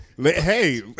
Hey